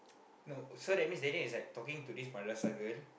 no so that means Daniel is like talking to this madrasah girl